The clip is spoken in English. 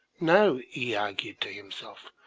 no, he argued to himself,